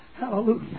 Hallelujah